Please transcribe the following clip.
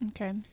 Okay